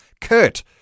Kurt